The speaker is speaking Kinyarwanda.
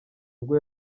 ubwo